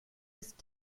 ist